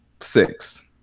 Six